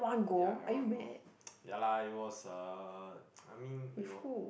ya at one go ya lah it was uh I mean it was